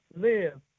live